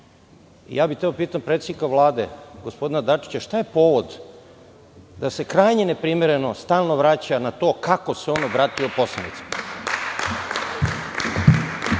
bih da pitam predsednika Vlade, gospodina Dačića, šta je povod da se krajnje neprimereno stalno vraća na to kako se on obratio poslanicima?